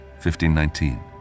1519